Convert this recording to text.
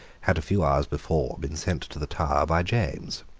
had a few hours before been sent to the tower by james.